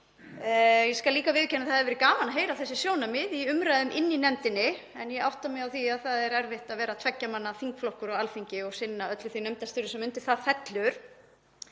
Ég skal líka viðurkenna að það hefði verið gaman að heyra þessi sjónarmið í umræðum í nefndinni en ég átta mig á því að það er erfitt að vera tveggja manna þingflokkur á Alþingi og sinna öllu því nefndarstarfi sem undir það fellur.